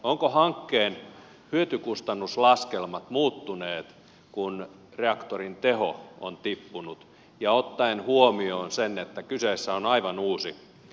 ovatko hankkeen hyötykustannus laskelmat muuttuneet kun reaktorin teho on tippunut ja ottaen huomioon sen että kyseessä on aivan uusi ydinvoimapaikkakunta